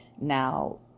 Now